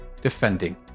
defending